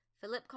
Philip